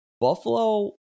Buffalo